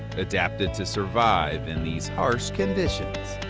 adapted to survive in these harsh conditions.